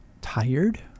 tired